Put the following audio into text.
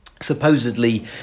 supposedly